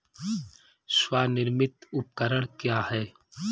स्वनिर्मित उपकरण क्या है?